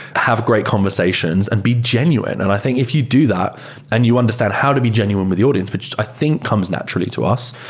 have great conversations and be genuine. and i think if you do that and you understand how to be genuine with the audience, which i think comes naturally to us.